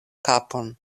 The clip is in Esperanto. kapon